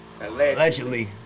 allegedly